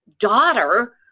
daughter